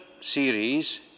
series